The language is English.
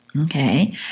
Okay